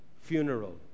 funeral